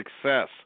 success